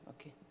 okay